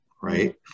right